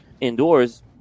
indoors